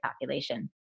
population